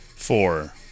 four